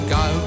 go